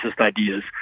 ideas